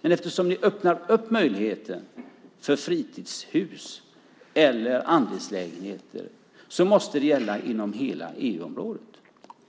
Men eftersom ni öppnar möjligheten för fritidshus eller andelslägenheter måste det gälla inom hela EU-området.